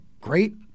great